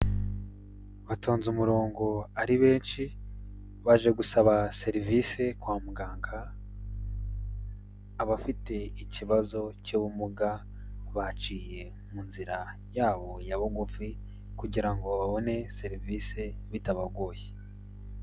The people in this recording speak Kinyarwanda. Batonze umurongo ari benshi, baje gusaba serivisi kwa muganga, abafite ikibazo cy'ubumuga baciye mu nzira yabo ya bugufi, kugira ngo babone serivisi bitabagoye.